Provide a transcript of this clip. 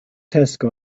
tesco